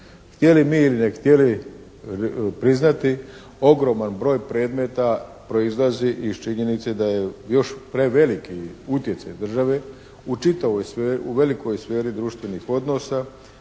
Htjeli mi ili ne htjeli priznati ogroman broj predmeta proizlazi iz činjenice da je još preveliki utjecaj države u velikoj sferi društvenih odnosa